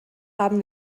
haben